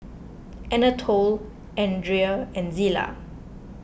Anatole andria and Zillah